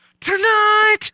Tonight